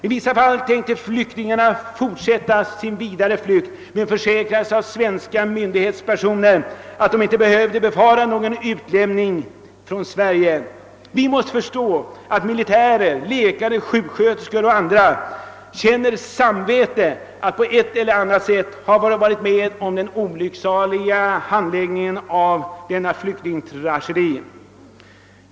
I vissa fall tänkte flyktingarna fortsätta vidare på sin flykt men fick av svenska myndighetspersoner veta att de inte behövde befara någon utlämning från Sverige. Vi måste förstå att många militärer, läkare, sjuksköterskor och andra känner samvetskval över att på ett eller annat sätt ha varit med om den olyckliga handläggningen av dessa flyktingärenden, som blev en tragedi.